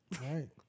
right